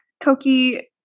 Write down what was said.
Koki